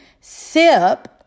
sip